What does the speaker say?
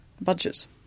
budgets